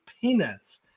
peanuts